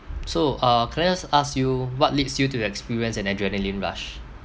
so uh can I just ask you what leads you to experience an adrenaline rush